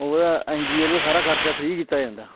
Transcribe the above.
ਉਹਦਾ ਐਨਜੀਓ ਵੱਲੋਂ ਸਾਰਾ ਖਰਚਾ ਫਰੀ ਕੀਤਾ ਜਾਂਦਾ